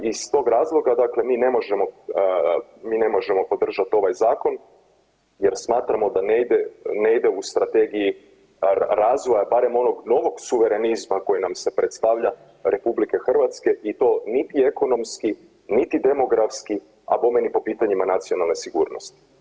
Iz tog razloga, dakle mi ne možemo, mi ne možemo podržat ovaj zakon jer smatramo da ne ide, ne ide u strategiji razvoja, barem onog novog suverenizma koji nam se predstavlja, RH i to niti ekonomski niti demografski, a bome ni po pitanjima nacionalne sigurnosti.